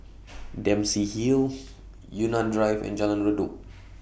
Dempsey Hill Yunnan Drive and Jalan Redop